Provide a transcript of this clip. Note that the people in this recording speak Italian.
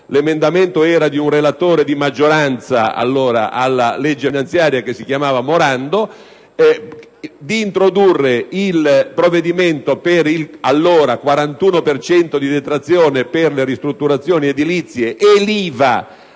(l'emendamento allora era di un relatore di maggioranza alla legge finanziaria che si chiamava Morando) di introdurre il provvedimento per il 41 per cento di detrazione per le ristrutturazioni edilizie e l'IVA